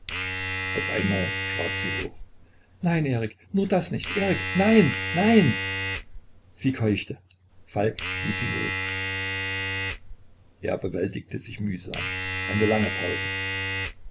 auf einmal schrak sie hoch nein erik nur das nicht erik nein nein sie keuchte falk ließ sie los er bewältigte sich mühsam eine lange pause